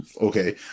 okay